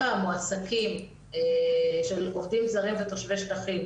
המועסקים של עובדים זרים ותושבי שטחים,